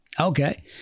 Okay